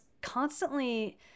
constantly